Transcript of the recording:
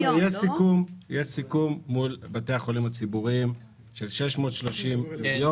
סיכום מול בית החולים הציבוריים על 630 מיליון